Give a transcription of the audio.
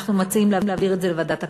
אנחנו מציעים להעביר את זה לוועדת הכלכלה.